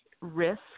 risk